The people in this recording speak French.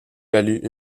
valu